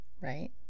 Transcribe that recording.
right